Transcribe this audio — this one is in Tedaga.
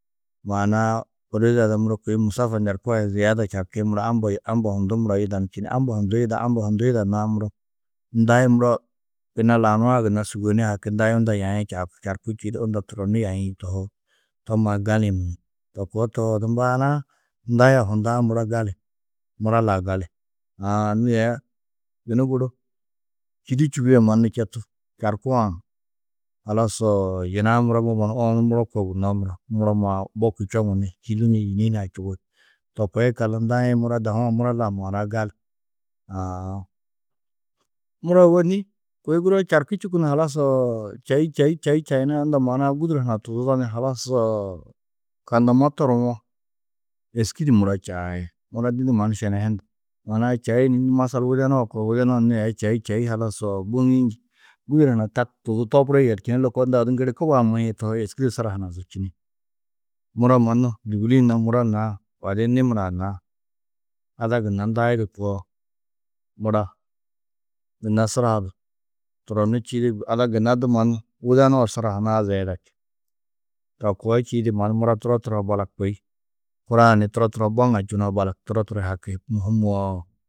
Maana-ã ôroze ada muro kôi musafa norko ziyeda čarkĩ muro amba yê amba hundu muro yidan? Čini. Amba hundu, amba hundu yidannaá muro ndai muro, gunna lau nuã sûgone haki ndai unda yaĩ čarkú. Čarkú čîidi unda turonnu yaĩ tohú. To mannu gali-ĩ munum. To koo tohoo, odu maana-ã ndai a hundã muro gali. Mura lau gali. Aã nû aya yunu guru čîdu čubîe mannu četu čarkuwã, halas yina-ã muro mbo mannu owonu muro koo gunnoó muro, muro maa boki čoŋu ni čîdu ni yîni hunã čubi. To koo yikallu ndai-ĩ muro dahu-ã muro lau maana-ã gali. Aã. Muro ôwonni kôi guroo čarkî čûku ni halas, čaî, čaî, čaî unda maana-ã gûduro hunã tuzudo niĩ halas kandama toruwo, êski di muro čai. Muro didi mannu šene hunu. Maana-ã čaî ni nû masal widenu-ã koo, widenu-ã nû aya čaî, čaî, halas boŋîĩ njî. Gûduro hunã tak tuzu, toburri, yerčini lôko unda odu ŋgiri kubaa maîe tohoo, êski di suraa hunã zûčini. Muro mannu dûguli-ĩ na muro naa badi-ĩ nimur-ã naa, ada gunna ndai di koo, mura gunna suraa turonnu čîidi, ada gunna du mannu, widenu-ã suraa hunã ziyeda. To koo čîidi mannu mura turo, turo ho balak kôi huraa ni turo, turo ho boŋar čunoo, balak turo, turo ho haki mûhumoo.